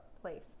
place